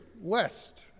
west